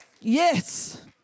Yes